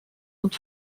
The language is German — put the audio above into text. und